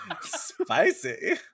spicy